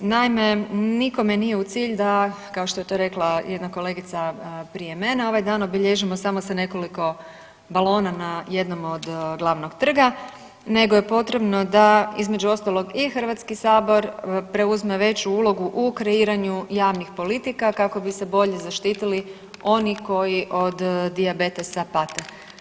Naime, nikome nije u cilju da kao što je to rekla jedna kolegica prije mene, ovaj dan obilježimo samo sa nekoliko balona na jednom od glavnog trga, nego je potrebno da između ostalog i Hrvatski sabor preuzme veću ulogu u kreiranju javnih politika kako bi se bolje zaštitili oni koji od dijabetesa pate.